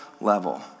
level